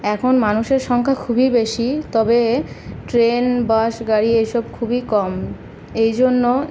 এখন মানুষের সংখ্যা খুবই বেশি তবে ট্রেন বাস গাড়ি এই সব খুবই কম এই জন্য